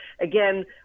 again